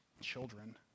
children